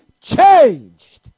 changed